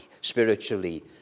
spiritually